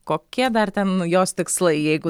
kokie dar ten jos tikslai jeigu